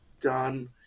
done